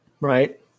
Right